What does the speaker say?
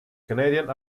canadian